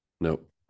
nope